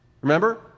Remember